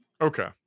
Okay